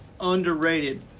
underrated